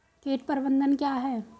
कीट प्रबंधन क्या है?